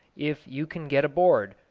if you can get aboard,